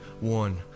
one